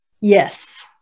Yes